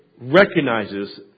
recognizes